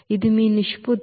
ఇది మీ నిష్పత్తి